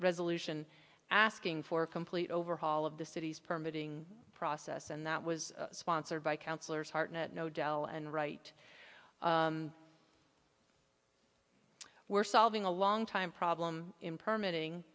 resolution asking for a complete overhaul of the city's permitting process and that was sponsored by councillors hartnett know del and right we're solving a long time problem in perm